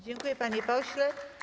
Dziękuję, panie pośle.